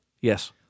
Yes